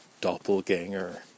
doppelganger